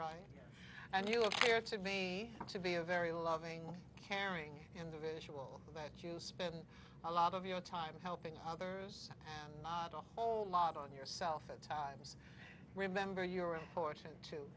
right and you appear to me to be a very loving caring individual that you spend a lot of your time helping others and not a whole lot on yourself at times remember you're important to